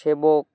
সেবক